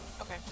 Okay